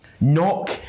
Knock